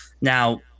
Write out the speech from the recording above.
Now